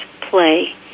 play